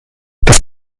das